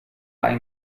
ein